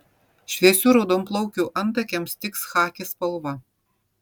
šviesių raudonplaukių antakiams tiks chaki spalva